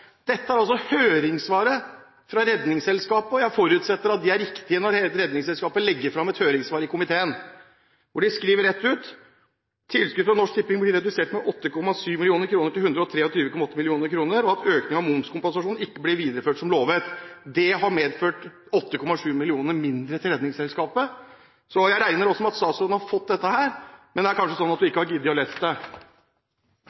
Dette er høringssvaret fra Redningsselskapet, og jeg forutsetter at det er riktig når Redningsselskapet legger fram et høringssvar i komiteen. De skriver rett ut: «tilskuddet fra Norsk Tipping blir redusert med 8,7 millioner kroner til 123,8 millioner kroner og at økningen av momskompensasjon ikke ble videreført som lovet.» Det har medført 8,7 mill. kr mindre til Redningsselskapet. Jeg regner med at statsråden også har fått dette. Men det er kanskje sånn at